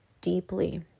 deeply